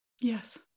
Yes